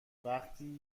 وقتی